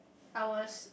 I was